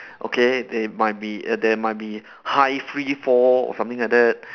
okay they might be there might be high free fall something like that